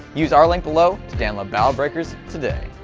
use our link below to download battle breakers today.